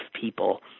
people